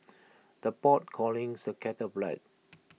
the pot callings the kettle black